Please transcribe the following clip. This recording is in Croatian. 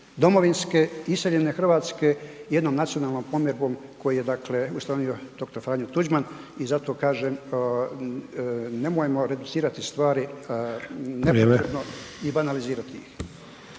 domovinske, iseljene Hrvatske i jednom nacionalnom pomirbom koju je dakle ustanovio dr. Franjo Tuđman i zato kažem nemojmo reducirati stvari …/Upadica: Vrijeme./… nepotrebno i banalizirati ih.